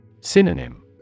Synonym